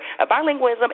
bilingualism